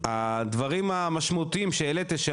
הדברים המשמעותיים שהעלתה,